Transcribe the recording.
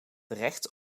recht